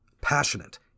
passionate